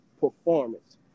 performance